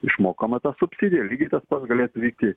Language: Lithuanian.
išmokama ta subsidija ir lygiai tas pats galėtų vykti